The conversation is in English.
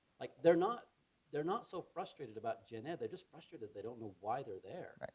like they're not they're not so frustrated about genetic, just frustrated that they don't know why they're there.